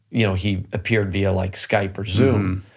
you know he appeared via like skype or zoom,